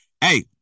Hey